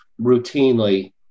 routinely